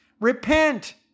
Repent